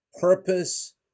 purpose